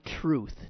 truth